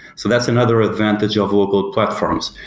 so that's another advantage of local platforms.